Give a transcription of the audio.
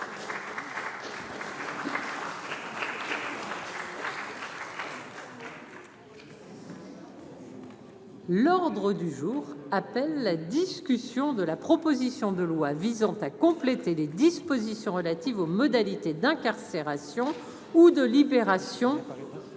L'ordre du jour appelle la discussion de la proposition de loi visant à compléter les dispositions relatives aux modalités d'incarcération ou de libération.